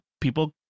people